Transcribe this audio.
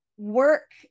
work